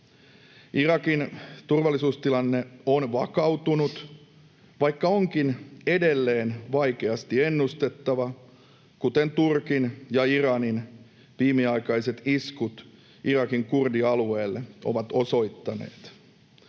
Irakin turvallisuustilanne on vakautunut, vaikka se onkin edelleen vaikeasti ennustettava, kuten Turkin ja Iranin viimeaikaiset iskut Irakin kurdialueelle ovat osoittaneet.